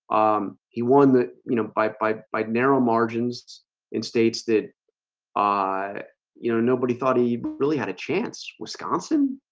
he won the you know, bye-bye bye-bye narrow margins in states that i you know, nobody thought he really had a chance, wisconsin,